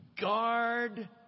Guard